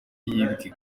yibwe